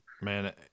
man